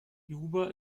juba